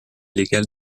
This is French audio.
légale